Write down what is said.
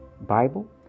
Bible